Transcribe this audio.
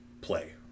play